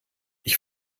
ich